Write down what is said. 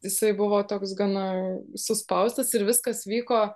jisai buvo toks gana suspaustas ir viskas vyko